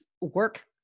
work